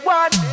one